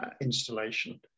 installation